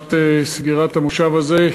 לקראת סגירת המושב הזה,